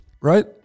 Right